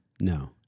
No